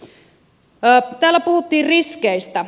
täällä puhuttiin riskeistä